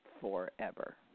forever